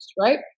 right